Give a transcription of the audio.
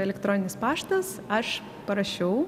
elektroninis paštas aš parašiau